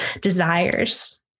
desires